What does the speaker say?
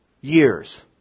years